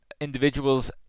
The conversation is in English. individuals